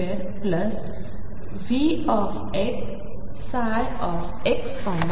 तर 2xtx2Vxψxt